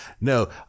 No